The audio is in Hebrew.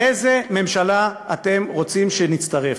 לאיזו ממשלה אתם רוצים שנצטרף?